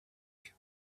make